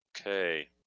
Okay